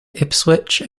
ipswich